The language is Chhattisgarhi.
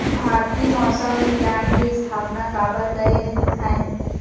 भारती मौसम विज्ञान के स्थापना काबर करे रहीन है?